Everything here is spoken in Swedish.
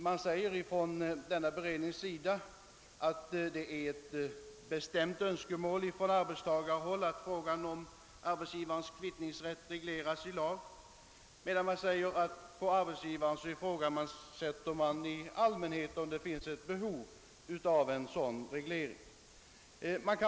Man säger från denna berednings sida att det är ett bestämt önskemål från arbetstagarhåll att frågan om arbetsgivarnas kvittningsrätt regleras i lag, medan man från arbetsgivarhåll ifrågasätter om det i allmänhet finns ett behov av en sådan reglering.